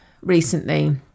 recently